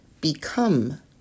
become